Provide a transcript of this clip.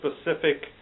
specific